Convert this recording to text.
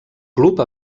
club